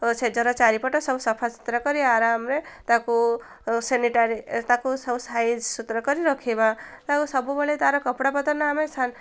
ସେଜର ଚାରିପଟ ସବୁ ସଫାସୁତୁରା କରି ଆରାମରେ ତାକୁ ସେନିଟାରି ତାକୁ ସବୁ ସାଇଜ୍ ସୁତୁରା କରି ରଖିବା ତାକୁ ସବୁବେଳେ ତାର କପଡ଼ାପତ୍ର ନା ଆମେ